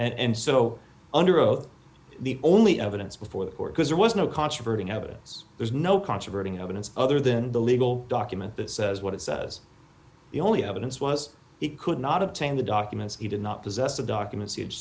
denied and so under oath the only evidence before the court because there was no controversy no evidence there's no controversy no evidence other than the legal document that says what it says the only evidence was he could not obtain the documents he did not possess the documents each